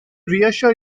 reassure